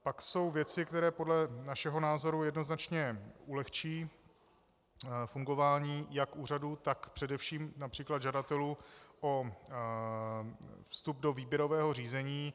Pak jsou věci, které podle našeho názoru jednoznačně ulehčí fungování jak úřadu, tak především např. žadateli o vstup do výběrového řízení.